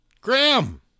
Graham